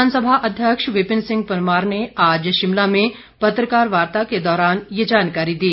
विधानसभा अध्यक्ष विपिन सिंह परमार ने आज शिमला में पत्रकार वार्ता के दौरान ये जानकारी दी